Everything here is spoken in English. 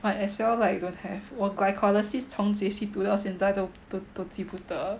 might as well like don't have 我 glycolyses 从 J_C 读到现在都都记不得